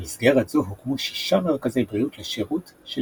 במסגרת זו הוקמו שישה מרכזי בריאות לשירות של